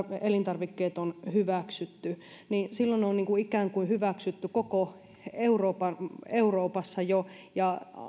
elintarvikkeet on hyväksytty niin silloin ne on ikään kuin hyväksytty koko euroopassa jo ja